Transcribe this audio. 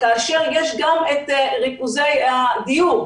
כאשר יש גם את ריכוזי הדיור,